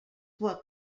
were